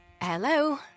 Hello